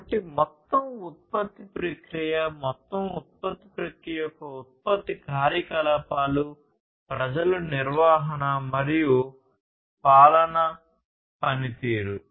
కాబట్టి మొత్తం ఉత్పత్తి ప్రక్రియ మొత్తం ఉత్పత్తి ప్రక్రియ యొక్క ఉత్పత్తి కార్యకలాపాలు ప్రజల నిర్వహణ మరియు పాలన పనితీరు